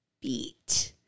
beat